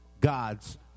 God's